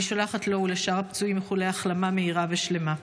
אני שולחת לו ולשאר הפצועים איחולי החלמה מהירה ושלמה.